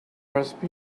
recipe